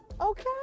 okay